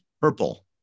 purple